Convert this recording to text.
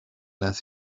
las